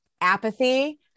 apathy